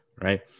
Right